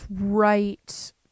right